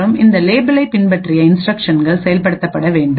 மற்றும் இந்த லேபிளைப் பின்பற்றிய இன்ஸ்டிரக்ஷன்கள் செயல்படுத்தப்பட வேண்டும்